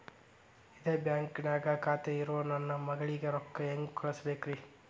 ಇದ ಬ್ಯಾಂಕ್ ನ್ಯಾಗ್ ಖಾತೆ ಇರೋ ನನ್ನ ಮಗಳಿಗೆ ರೊಕ್ಕ ಹೆಂಗ್ ಕಳಸಬೇಕ್ರಿ?